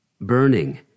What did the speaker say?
burning